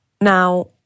Now